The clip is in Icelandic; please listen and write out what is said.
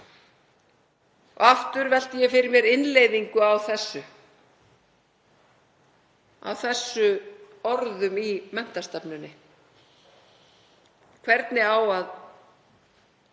Aftur velti ég fyrir mér innleiðingu á þessum orðum í menntastefnunni. Hvernig á að